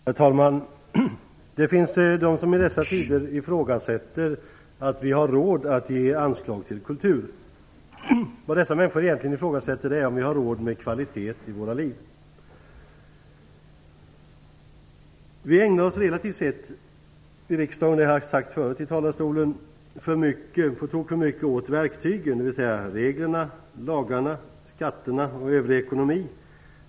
Herr talman! Det finns de som i dessa tider ifrågasätter att vi har råd att ge anslag till kulturen. Vad dessa människor egentligen ifrågasätter är om vi har råd med kvalitet i våra liv. Relativt sett - detta har jag sagt förut i denna talarstol - ägnar vi här i riksdagen oss på tok för mycket åt verktygen, dvs. reglerna, lagarna, skatterna och den övriga ekonomin.